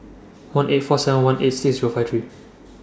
one eight four seven one eight six Zero five three